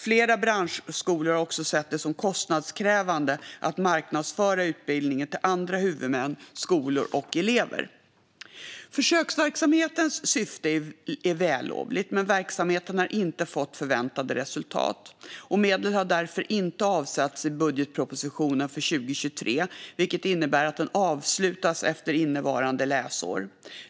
Flera branschskolor har också sett det som kostnadskrävande att marknadsföra utbildningen till andra huvudmän, skolor och elever. Försöksverksamhetens syfte är vällovligt, men verksamheten har inte fått förväntade resultat. Medel har därför inte avsatts i budgetpropositionen för 2023, vilket innebär att verksamheten avslutas efter innevarande läsår.